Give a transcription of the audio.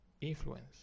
influence